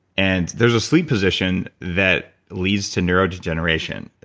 and there's a sleep position that leads to neurodegeneration.